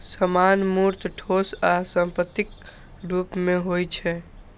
सामान मूर्त, ठोस आ संपत्तिक रूप मे होइ छै